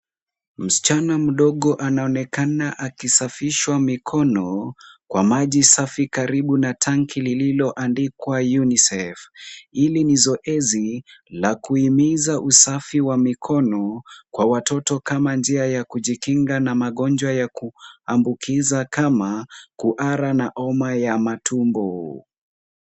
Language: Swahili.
Msichana mdogo anaonekana akisafishwa mikono kwa maji safi karibu na tanki lililoandikwa unicef .Hili ni zoezi la kuhimiza usafi wa mikono kwa watoto kama njia ya kujikinga na magonjwa ya kuambukiza kama kuhara na homa ya matumbo.